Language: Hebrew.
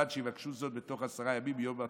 ובלבד שיבקשו זאת בתוך עשרה ימים מיום התחילה.